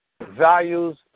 values